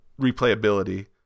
replayability